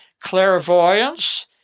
clairvoyance